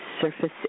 surface